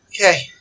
Okay